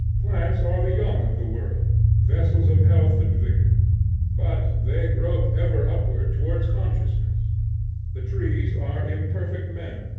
plants are the young of the world, vessels of health and vigor but they grope ever upward towards consciousness the trees are imperfect men,